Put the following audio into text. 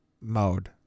mode